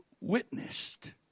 witnessed